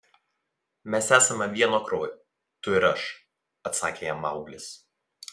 mes esame vieno kraujo tu ir aš atsakė jam mauglis